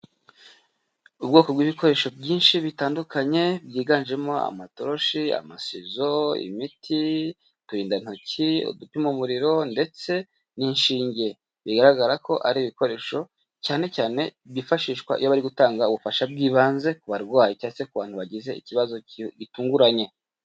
Ubwoko bw'ibikoresho byinshi bitandukanye byiganjemo amatoroshi, amasizo, imiti, uturindantoki, udupima umuriro ndetse n'inshinge. Bigaragara ko ari ibikoresho cyane cyane byifashishwa iyo bari gutanga ubufasha bw'ibanze ku barwayi cyangwa ku bantu bagize ikibazo gitunguranye.